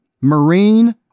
marine